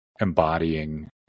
embodying